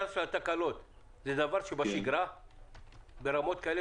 התקלות זה דבר שבשגרה ברמות כאלה